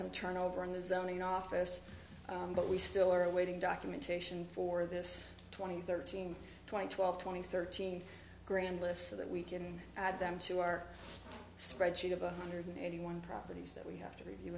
some turnover in the zoning office but we still are awaiting documentation for this twenty thirteen twenty twelve twenty thirteen grand list so that we can add them to our spreadsheet of a hundred and eighty one properties that we have to review